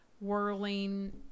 whirling